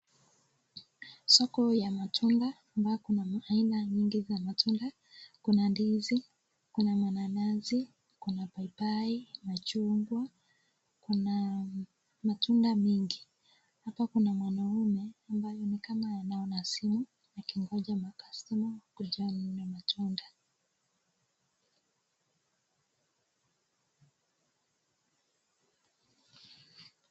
Soko ya matunda ambayo kuna aina mingi ya matunda kuna ndizi, kuna mananas, kuna mapapai, machungwa, kuna matunda mengi. Hapa kuna mwanamume ambaye ni kama anaona simu akingonja ma customer wakuje wanunue matunda.